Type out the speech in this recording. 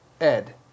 Ed